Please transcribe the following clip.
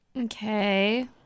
Okay